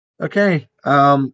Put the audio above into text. Okay